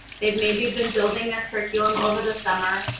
it maybe been building their curriculum over the summer.